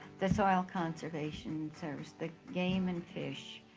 the soil conservation service, the game and fish,